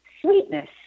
sweetness